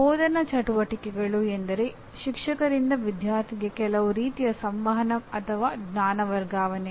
ಬೋಧನಾ ಚಟುವಟಿಕೆಗಳು ಎಂದರೆ ಶಿಕ್ಷಕರಿಂದ ವಿದ್ಯಾರ್ಥಿಗೆ ಕೆಲವು ರೀತಿಯ ಸಂವಹನ ಅಥವಾ ಜ್ಞಾನ ವರ್ಗಾವಣೆ